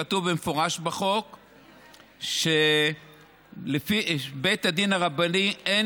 כתוב במפורש בחוק: לבית הדין הרבני אין